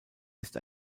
ist